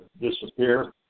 disappear